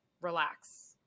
relax